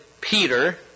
Peter